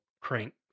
crank